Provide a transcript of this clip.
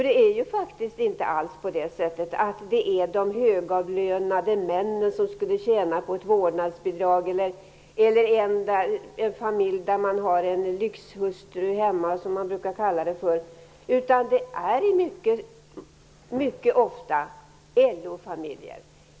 Det är faktiskt inte alls de högavlönade männen eller familjer med en lyxhustru hemma, som man brukar säga, som skulle tjäna på ett vårdnadsbidrag, utan det är mycket ofta LO familjer.